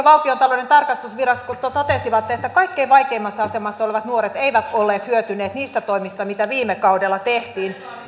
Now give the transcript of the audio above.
valtiontalouden tarkastusvirasto totesivat että kaikkein vaikeimmassa asemassa olevat nuoret eivät olleet hyötyneet niistä toimista mitä viime kaudella tehtiin